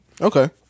Okay